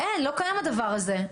אין, לא קיים הדבר הזה.